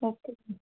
okay